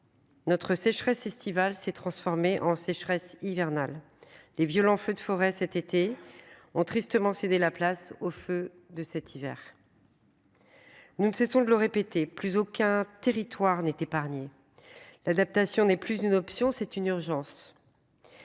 Notre sécheresse estivale s'est transformé en sécheresse hivernale les violents feux de forêt cet été en tristement cédé la place aux feux de cet hiver. Nous ne cessons de le répéter, plus aucun territoire n'est épargné. L'adaptation n'est plus une option, c'est une urgence.